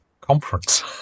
conference